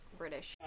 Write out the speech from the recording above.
british